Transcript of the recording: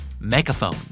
Megaphone